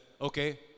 okay